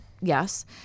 yes